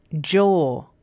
jaw